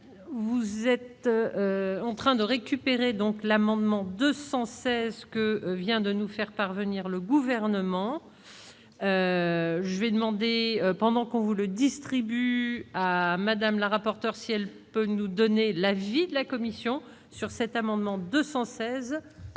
vous êtes en train de récupérer donc l'amendement 200, c'est ce que vient de nous faire parvenir le gouvernement, je vais demander pendant qu'on vous le distribue à Madame la rapporteure, si elle peut nous donner l'avis de la Commission sur cet amendement 216